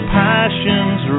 passions